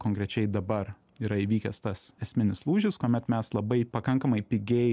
konkrečiai dabar yra įvykęs tas esminis lūžis kuomet mes labai pakankamai pigiai